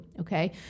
Okay